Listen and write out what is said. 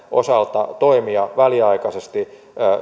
osalta toimia väliaikaisesti